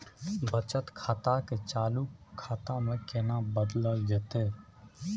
बचत खाता के चालू खाता में केना बदलल जेतै?